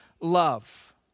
love